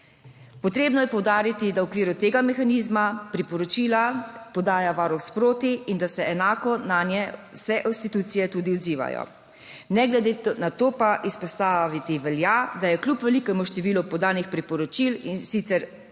Potrebno je poudariti, da v okviru tega mehanizma priporočila podaja Varuh sproti in da se enako nanje vse institucije tudi odzivajo. Ne glede na to pa izpostaviti velja, da je kljub velikemu številu podanih priporočil, in sicer